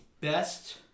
Best